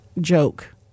joke